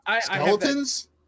skeletons